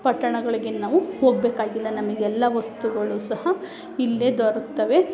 ಪಟ್ಟಣಗಳಿಗೆ ನಾವು ಹೋಗಬೇಕಾಗಿಲ್ಲ ನಮಗೆಲ್ಲಾ ವಸ್ತುಗಳು ಸಹ ಇಲ್ಲೇ ದೊರಕ್ತವೆ